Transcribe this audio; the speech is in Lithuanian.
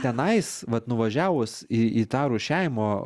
tenais vat nuvažiavus į į tą rūšiavimo